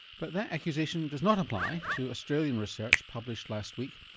but that accusation does not apply to australian research published last week,